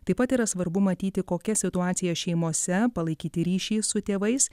taip pat yra svarbu matyti kokia situacija šeimose palaikyti ryšį su tėvais